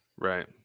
Right